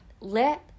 Let